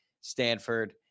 Stanford